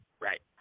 right